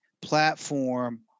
platform